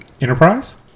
Enterprise